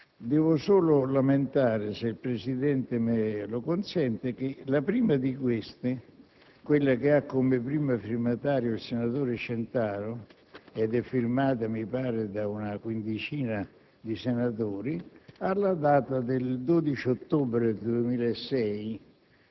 Devo solo lamentare, se il Presidente me lo consente, che la prima, quella che vede come primo firmatario il senatore Centaro e che è sottoscritta da una quindicina di senatori, reca la data del 12 ottobre 2006,